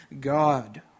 God